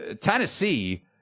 Tennessee